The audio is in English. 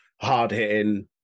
hard-hitting